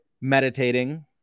meditating